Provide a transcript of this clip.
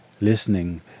listening